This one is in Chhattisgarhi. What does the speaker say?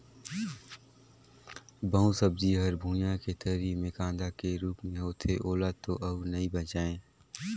बहुत सब्जी हर भुइयां के तरी मे कांदा के रूप मे होथे ओला तो अउ नइ बचायें